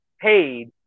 paid